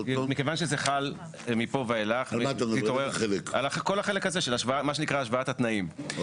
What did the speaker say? על כל החלק הזה של השוואת התנאים,